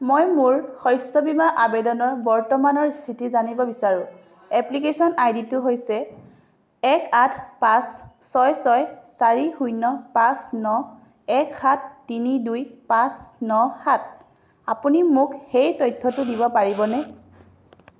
মই মোৰ শস্য বীমা আবেদনৰ বৰ্তমানৰ স্থিতি জানিব বিচাৰো এপ্লিকেচন আইডি টো হৈছে এক আঠ পাঁচ ছয় ছয় চাৰি শূন্য পাঁচ ন এক সাত তিনি দুই পাঁচ ন সাত আপুনি মোক সেই তথ্যটো দিব পাৰিবনে